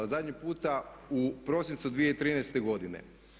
A zadnji puta u prosincu 2013. godine.